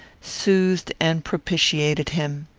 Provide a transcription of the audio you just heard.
soothed and propitiated him.